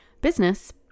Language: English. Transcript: business